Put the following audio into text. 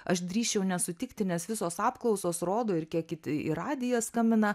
aš drįsčiau nesutikti nes visos apklausos rodo ir kiti į radiją skambina